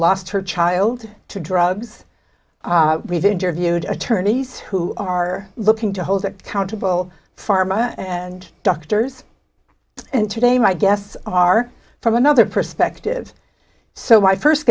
lost her child to drugs we've interviewed attorneys who are looking to hold accountable pharma and doctors and today my guests are from another perspective so my first